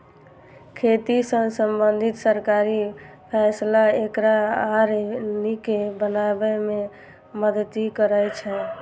खेती सं संबंधित सरकारी फैसला एकरा आर नीक बनाबै मे मदति करै छै